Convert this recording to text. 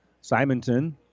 Simonton